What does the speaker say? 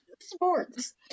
sports